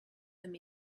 them